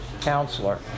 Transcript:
counselor